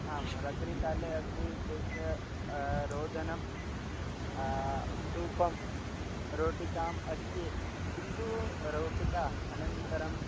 आं रात्रिकाले अपि तस्य ओदनं सूपं रोटिका अस्ति किन्तु रोटिका अनन्तरं